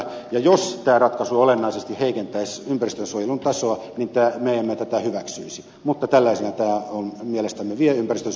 jos tämä ratkaisu olennaisesti heikentäisi ympäristönsuojelun tasoa me emme tätä hyväksyisi mutta tällaisena tämä mielestämme vie ympäristönsuojeluasiaa eteenpäin